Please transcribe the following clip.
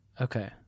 Okay